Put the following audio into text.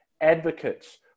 advocates